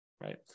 Right